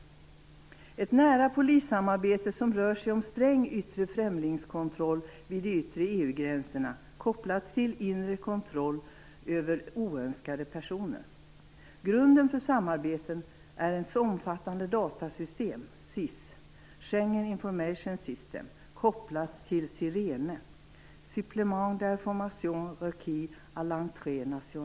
Det är ett nära polissamarbete som rör sig om sträng främlingskontroll vid de yttre EU-gränserna kopplat till inre kontroll av oönskade personer. Grunden för samarbetet är ett omfattande datasystem SIS, Schengen Information System, kopplat till Sirene, Supplement d Information Requis à l Entrée Nationale.